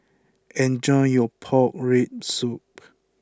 enjoy your Pork Rib Soup